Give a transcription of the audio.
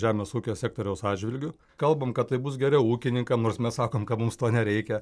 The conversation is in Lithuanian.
žemės ūkio sektoriaus atžvilgiu kalbant kad taip bus geriau ūkininkam nors mes sakome kad mums to nereikia